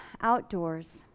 outdoors